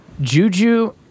Juju